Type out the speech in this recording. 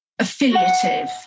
affiliative